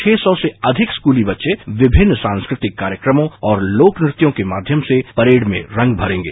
छह सौ से अधिक स्कूली बच्चे विभिन्न सांस्कृतिक कार्यक्रमों और लोकनृत्यों के माध्यम से परेड में रंग भरेंगे